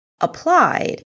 applied